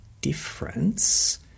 difference